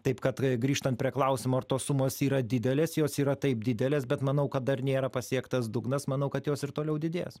taip kad grįžtant prie klausimo ar tos sumos yra didelės jos yra taip didelės bet manau kad dar nėra pasiektas dugnas manau kad jos ir toliau didės